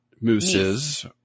mooses